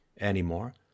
anymore